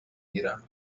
گیرم